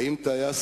האם טייס